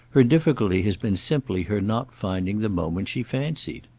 her difficulty has been simply her not finding the moment she fancied.